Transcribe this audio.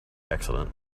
accident